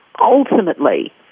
ultimately